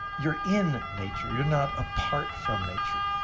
you're in nature. you're not apart from nature,